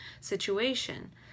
situation